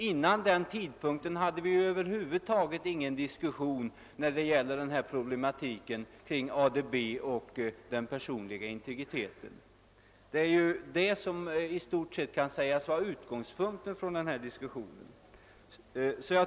Före den tidpunkten hade vi över huvud taget ingen diskussion om problemen kring ADB och den personliga integriteten. Tillsättandet av dessa utredningar kan sägas ha varit utgångspunkten för diskussionerna.